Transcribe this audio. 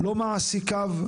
לא מעסיקו,